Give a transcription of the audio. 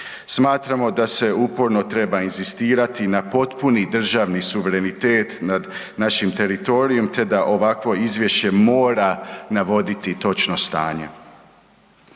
Smatramo da se uporno treba inzistirati na potpuni državni suverenitet nad našim teritorijem te da ovakvo izvješće mora navoditi točno stanje.